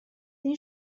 این